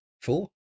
Four